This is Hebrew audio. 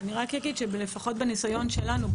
לפחות בניסיון שלנו,